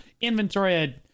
inventory